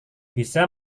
bisa